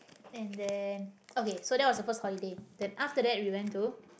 and then okay that was the first holiday then after that we went to